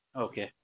Okay